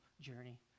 journey